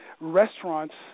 restaurants